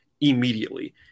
immediately